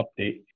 update